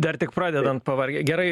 dar tik pradedant pavargę gerai